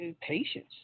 patience